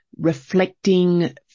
reflecting